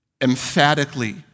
Emphatically